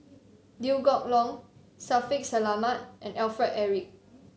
Liew Geok Leong Shaffiq Selamat and Alfred Eric